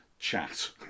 Chat